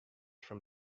from